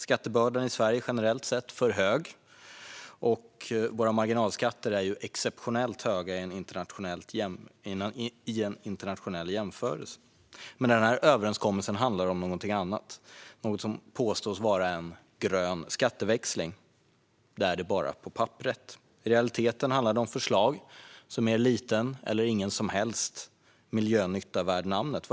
Skattebördan i Sverige är generellt sett för hög, och marginalskatterna är i en internationell jämförelse exceptionellt höga. Överenskommelsen handlar dock om något annat: en grön skatteväxling. Men den är bara grön på papperet. I realiteten handlar det om förslag som ger liten eller ingen som helst miljönytta värd namnet.